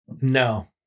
No